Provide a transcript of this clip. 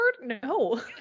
No